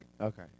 Okay